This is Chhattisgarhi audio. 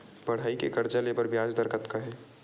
पढ़ई के कर्जा ले बर ब्याज दर कतका हे?